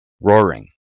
roaring